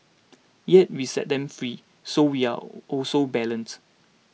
yet we set them free so we are also balanced